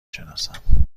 شناسم